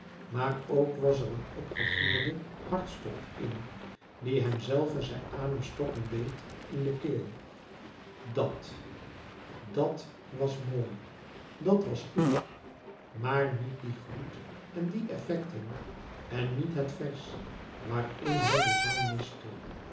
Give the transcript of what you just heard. couperus metamorfoze was er een opgegierde hartstocht in die hemzelven zijn adem stokken deed in de keel dàt dat was mooi dat was goed maar niet die gloed en die effecten en niet het vers waarin hij den zang miste